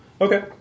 okay